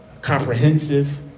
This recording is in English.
comprehensive